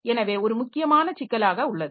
எனவே ஒரு முக்கியமான சிக்கலாக உள்ளது